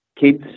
kids